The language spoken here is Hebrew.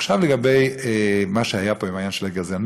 עכשיו לגבי מה שהיה פה עם העניין של הגזענות.